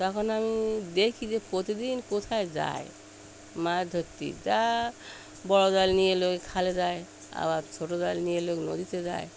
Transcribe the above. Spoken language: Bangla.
তখন আমি দেখি যে প্রতিদিন কোথায় যায় মাছ ধরতে যা বড় জাল নিয়ে লোক খালে যায় আবার ছোট জাল নিয়ে লোক নদীতে যায়